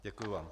Děkuji vám.